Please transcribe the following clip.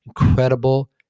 Incredible